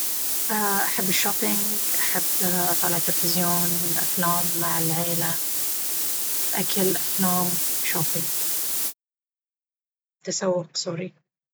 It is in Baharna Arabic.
أحب الشوبينج أحب أطالع تلفزيون أفلام مع العيلة أكل أفلام شوبينج… التسوق سوري.